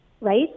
Right